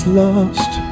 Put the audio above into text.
lost